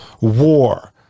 war